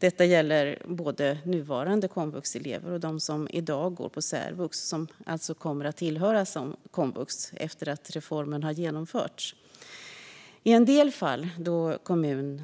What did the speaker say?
Detta gäller både nuvarande komvuxelever och de som i dag går på särvux, och som alltså kommer att tillhöra komvux efter att reformen har genomförts. I en del fall där en kommun